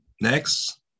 Next